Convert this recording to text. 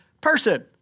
person